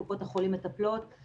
קופות החולים מטפלות,